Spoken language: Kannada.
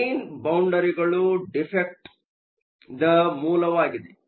ಗ್ರೇನ್ ಬೌಂಡರಿಗಳು ಡಿಫೆ಼ಕ್ಟ್ದ ಮೂಲವಾಗಿದೆ